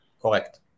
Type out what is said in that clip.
Correct